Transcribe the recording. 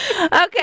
Okay